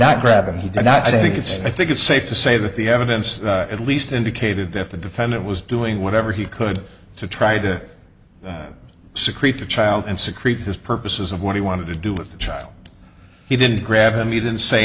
not grab him he did not say i think it's i think it's safe to say that the evidence at least indicated that the defendant was doing whatever he could to try to secrete the child and secrete his purposes of what he wanted to do with the child he didn't grab him he didn't say